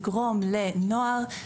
לגרום לנוער,